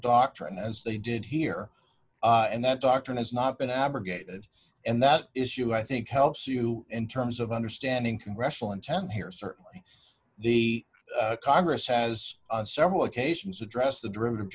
doctrine as they did here and that doctrine has not been abrogated and that issue i think helps you in terms of understanding congressional intent here certainly the congress has on several occasions addressed the derivative